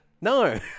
No